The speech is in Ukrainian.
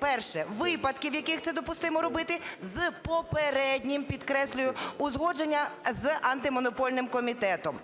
перше – випадки, в яких це допустимо робити з попереднім, підкреслюю, узгодженням з Антимонопольним комітетом.